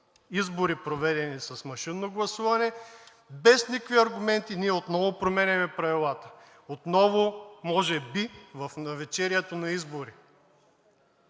избори, проведени с машинно гласуване, без никакви аргументи ние отново променяме правилата, отново може би в навечерието на избори.